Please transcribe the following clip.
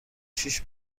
شیش